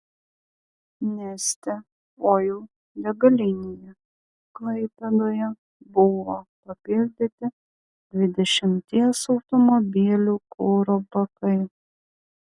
neste oil degalinėje klaipėdoje buvo papildyti dvidešimties automobilių kuro bakai